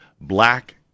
black